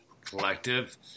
Collective